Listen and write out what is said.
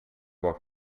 what